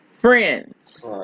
friends